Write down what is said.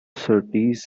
surtees